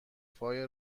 فای